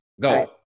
go